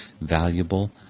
valuable